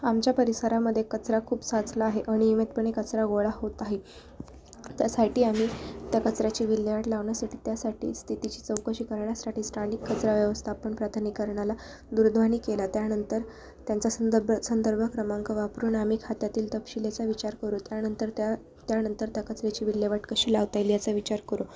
आमच्या परिसरामध्ये कचरा खूप साचला आहे आणि अनियमितपणे कचरा गोळा होत आहे त्यासाठी आम्ही त्या कचऱ्याची विल्हेवाट लावण्यासाठी त्यासाठी स्थितीची चौकशी करण्यासाठी स्थानिक कचरा व्यवस्थापन प्राधिकरणाला दुरध्वनी केला त्यानंतर त्यांचा संदब संदर्भ क्रमांक वापरून आम्ही खात्यातील तपशिलाचा विचार करू त्यानंतर त्या त्यानंतर त्या कचऱ्याची विल्हेवाट कशी लावता येईल याचा विचार करू